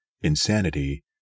insanity